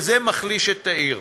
וזה מחליש את העיר.